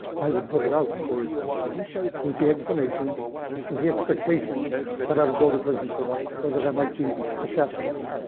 i would put it out now with the expectation the expectation that i would go to prison for life or that i might be assassinated.